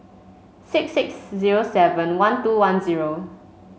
six six zero seven one two one zero